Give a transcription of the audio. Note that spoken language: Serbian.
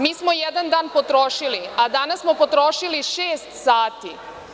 Mi smo jedan dan potrošili, a danas smo potrošili šest sati.